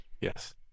Yes